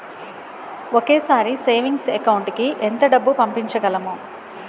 ఒకేసారి savings account కి ఎంత డబ్బు పంపించగలము?